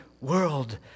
world